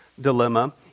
dilemma